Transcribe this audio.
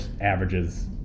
averages